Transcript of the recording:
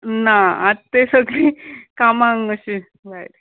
ना आतां ते सगळीं कामांक अशें जाय